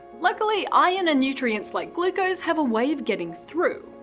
luckily, iron and nutrients like glucose have a way of getting through.